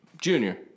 junior